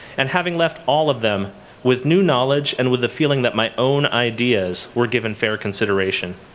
and having left all of them with new knowledge and with the feeling that my own ideas were given fair consideration.